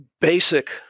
basic